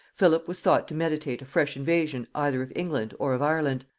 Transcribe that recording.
philip was thought to meditate a fresh invasion either of england or of ireland,